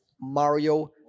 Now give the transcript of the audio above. mario